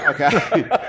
okay